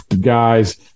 guys